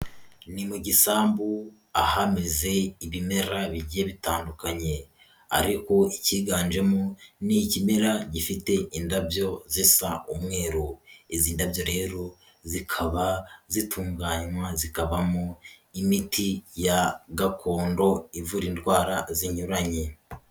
Ni mu gisambu, ahameze ibimera bigiye bitandukanye ariko iKiganjemo ni ikimera gifite indabyo zisa umweru, izi ndabyo rero zikaba zitunganywa, zikabamo imiti ya gakondo, ivura indwara zinyuranye.